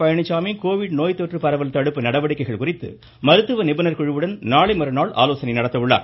Palaniswami Covid நோய்த் தொற்று பரவல் தடுப்பு நடவடிக்கைகள் குறித்து மருத்துவ நிபுணர் குழுவுடன் நாளை மறுநாள் ஆலோசனை நடத்த உள்ளார்